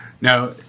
Now